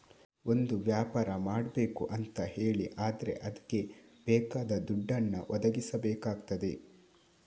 ಒಂದು ವ್ಯಾಪಾರ ಮಾಡ್ಬೇಕು ಅಂತ ಹೇಳಿ ಆದ್ರೆ ಅದ್ಕೆ ಬೇಕಾದ ದುಡ್ಡನ್ನ ಒದಗಿಸಬೇಕಾಗ್ತದೆ